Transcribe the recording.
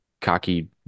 cocky